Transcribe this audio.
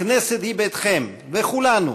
הכנסת היא ביתכם, וכולנו,